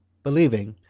believing,